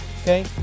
okay